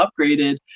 upgraded